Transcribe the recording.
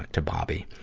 to bobby.